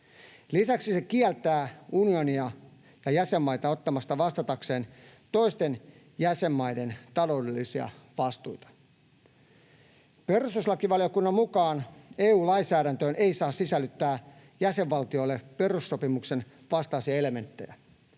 Lisäksi se kieltää unionia ja jäsenmaita ottamasta vastatakseen toisten jäsenmaiden taloudellisia vastuita. Perustuslakivaliokunnan mukaan EU:n lainsäädäntöön ei saa sisällyttää jäsenvaltioille perussopimuksen vastaisia elementtejä.